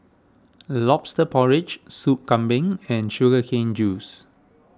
Lobster Porridge Soup Kambing and Sugar Cane Juice